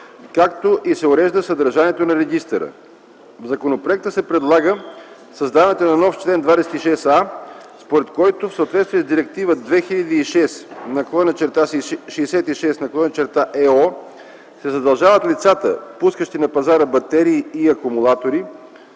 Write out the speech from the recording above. както и се урежда съдържанието на регистъра. В законопроекта се предлага създаването на нов чл. 26а, според който в съответствие с Директива 2006/66/ЕО се задължават лицата, пускащи на пазара батерии и акумулатори,